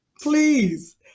Please